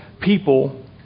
people